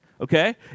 okay